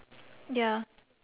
ya